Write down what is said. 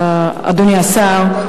אדוני השר,